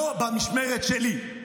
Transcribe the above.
לא במשמרת שלי.